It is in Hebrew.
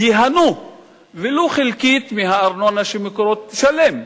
ייהנו ולו חלקית מהארנונה ש"מקורות" תשלם.